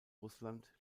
russland